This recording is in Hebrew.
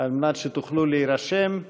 על מנת שתוכלו להירשם.